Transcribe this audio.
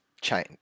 chain